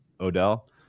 Odell